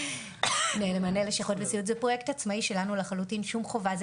זה פרויקט עצמאי שלנו לחלוטין, אין פה שום חובה.